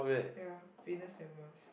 ya Venus and Mars